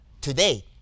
Today